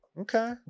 Okay